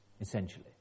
essentially